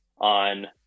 on